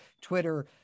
Twitter